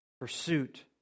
pursuit